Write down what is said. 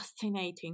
fascinating